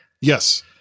Yes